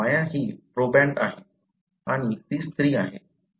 माया ही प्रोबँड आहे आणि ती स्त्री आहे